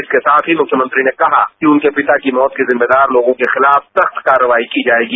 इसके साथ ही मुख्यमंत्री ने कहा कि उनके पिता की मौत के जिम्मेदार लोगों के खिलाफ सख्त कार्रवाई की जायेगी